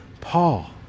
Paul